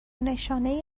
نشانهای